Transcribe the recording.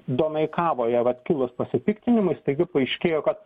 domeikavoje vat kilus pasipiktinimui staiga paaiškėjo kad